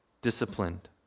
disciplined